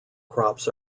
crops